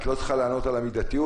את לא צריכה לענות על המידתיות,